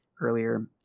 earlier